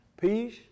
peace